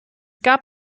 gab